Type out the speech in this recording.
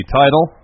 title